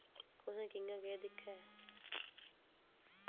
कुत्थै कि'यां केह् दिक्खै